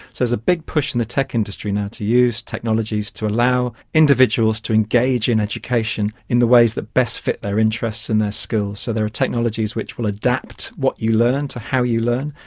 there's a big push in the tech industry now to use technologies to allow individuals to engage in education in the ways that best fit their interests and their skills. so there are technologies which will adapt what you learn to how you learn,